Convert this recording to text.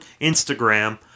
Instagram